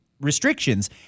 restrictions